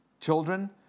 Children